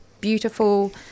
beautiful